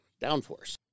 downforce